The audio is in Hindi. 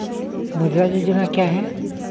मुद्रा योजना क्या है?